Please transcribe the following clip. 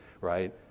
right